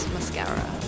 Mascara